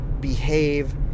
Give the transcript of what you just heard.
behave